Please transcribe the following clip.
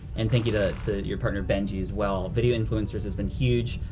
and thank you to to your partner, benji, as well. video influencers has been huge,